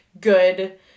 good